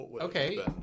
Okay